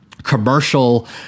commercial